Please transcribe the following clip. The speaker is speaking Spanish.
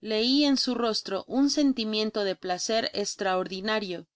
lei en su rostro un sentimiento de placer estraordinario